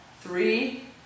three